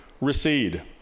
recede